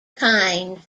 kind